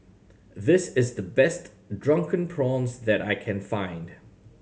this is the best Drunken Prawns that I can find